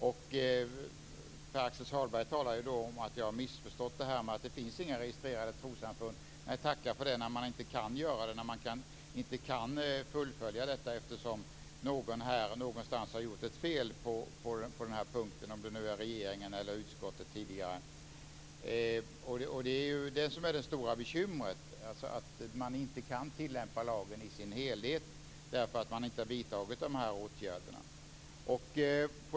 Pär-Axel Sahlberg säger att jag har missförstått det här med att det inte finns några registrerade trossamfund. Nej, tacka för det, när man inte kan fullfölja detta eftersom någon någonstans har gjort ett fel på den punkten - om det nu är regeringen eller utskottet tidigare. Det är det som är det stora bekymret, dvs. att man inte kan tilllämpa lagen i sin helhet därför att man inte har vidtagit de här åtgärderna.